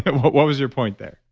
but what what was your point there?